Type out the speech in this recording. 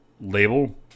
label